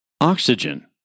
Oxygen